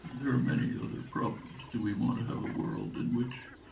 there are many other problems. do we want to have a world in which